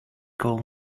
call